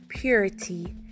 purity